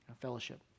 fellowship